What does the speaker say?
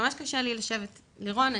אני עובדת עם לירון,